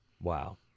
Wow